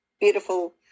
beautiful